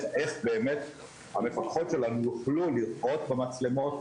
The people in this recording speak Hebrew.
איך המפקחות שלנו יוכלו לראות במצלמות,